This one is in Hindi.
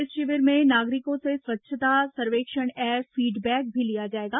इस शिविर में नागरिकों से स्वच्छता सर्वेक्षण ऐप फीड बैक भी लिया जाएगा